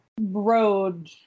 road